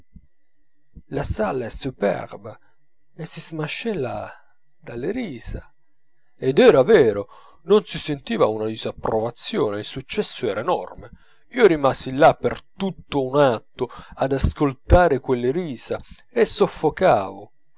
la salle est superbe e si smascella dalle risa ed era vero non si sentiva una disapprovazione il successo era enorme io rimasi là per tutto un atto ad ascoltare quelle risa e soffocavo